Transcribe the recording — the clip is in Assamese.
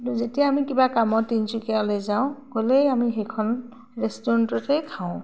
যেতিয়া আমি কিবা কামত তিনচুকীয়ালৈ যাওঁ গ'লেই আমি সেইখন ৰেষ্টুৰেণ্টতেই খাওঁ